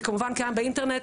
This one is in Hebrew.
זה כמובן קיים באינטרנט,